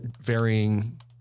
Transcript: varying